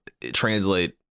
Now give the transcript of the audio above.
translate